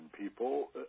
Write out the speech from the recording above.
people